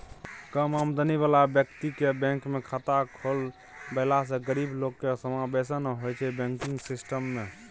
कम आमदनी बला बेकतीकेँ बैंकमे खाता खोलबेलासँ गरीब लोकक समाबेशन होइ छै बैंकिंग सिस्टम मे